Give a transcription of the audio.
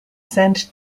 sent